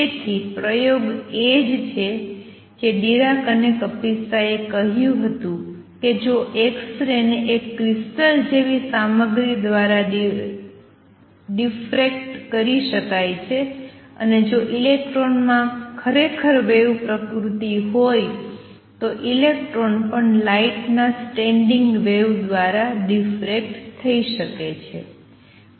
તેથી પ્રયોગ એ જ છે જે ડીરાક અને કપિસ્તા એ કહ્યું હતું કે જો એક્સ રે ને એક ક્રિસ્ટલ જેવી સામગ્રી દ્વારા ડિફરેક્ટ કરી શકાય છે અને જો ઇલેક્ટ્રોનમાં ખરેખર વેવ પ્રકૃતિ હોય તો ઇલેક્ટ્રોન પણ લાઇટ ના સ્ટેન્ડિંગ વેવ દ્વારા ડિફરેક્ટ થઈ શકે છે